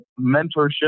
mentorship